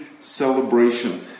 celebration